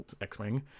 x-wing